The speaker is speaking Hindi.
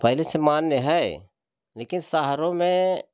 पहले से मान्य है लेकिन शहरों में